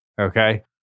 Okay